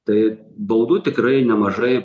tai baudų tikrai nemažai